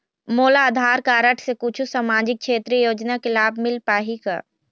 मोला आधार कारड से कुछू सामाजिक क्षेत्रीय योजना के लाभ मिल पाही का?